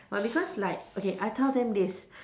but because like okay I tell them this